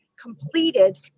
completed